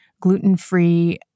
Gluten-free